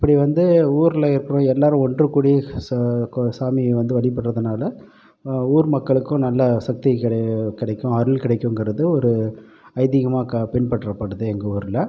அப்படி வந்து ஊரில் இருக்கிற எல்லாேரும் ஓன்று கூடி சாமியை வந்து வழிபடுறதுனால் ஊர் மக்களுக்கும் நல்ல சக்தி கிடைக்கும் அருள் கிடைக்குங்குறது ஒரு ஐதீகமாக பின்பற்றப்படுது எங்கள் ஊரில்